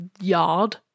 yard